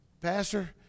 Pastor